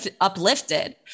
uplifted